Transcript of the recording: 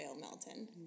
Melton